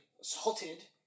assaulted